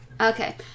Okay